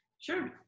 Sure